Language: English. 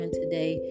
today